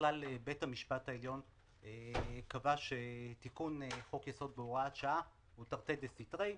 ככלל בית המשפט העליון קבע שתיקון חוק יסוד בהוראת שעה הוא תרתי דסתרי,